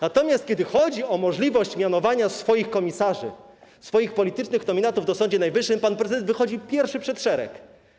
Natomiast kiedy chodzi o możliwość mianowania swoich komisarzy, swoich politycznych nominatów w Sądzie Najwyższym, pan prezydent pierwszy wychodzi przed szereg.